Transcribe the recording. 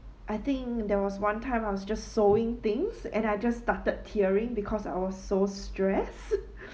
I think there was one time I was just sewing things and I just started tearing because I was so stressed